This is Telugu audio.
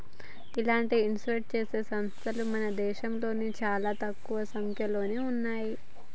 ఇలాంటి ఇన్వెస్ట్ చేసే సంస్తలు మన దేశంలో చానా తక్కువ సంక్యలోనే ఉన్నయ్యి